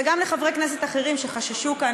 וגם לחברי כנסת אחרים שחששו כאן,